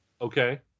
okay